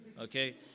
okay